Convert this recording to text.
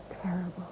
terrible